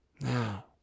Now